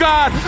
God